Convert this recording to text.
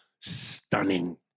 Stunning